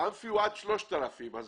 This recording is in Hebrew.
האמפיתיאטרון הוא עד 3,000 איש.